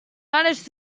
managed